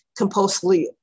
compulsively